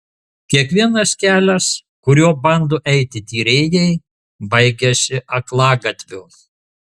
kiekvienas kelias kuriuo bando eiti tyrėjai baigiasi aklagatviu